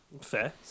Fair